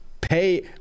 pay